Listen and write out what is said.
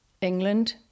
England